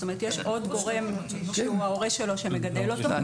זאת אומרת יש עוד גורם שהוא ההורה שלו שמגדל אותו.